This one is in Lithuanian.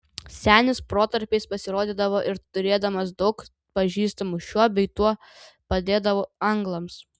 senis protarpiais pasirodydavo ir turėdamas daug pažįstamų šiuo bei tuo padėdavo anglams